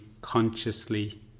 consciously